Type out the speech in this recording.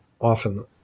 often